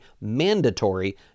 mandatory